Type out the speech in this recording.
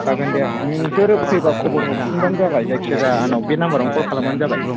जागोन दे नोंसोर फैब्ला खबर हरफिनब्लानो जाबाय जायखिजायो आंनाव बे नाम्बारावनो कल खालामबानो जाबाय